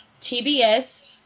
TBS